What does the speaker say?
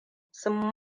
sun